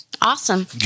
Awesome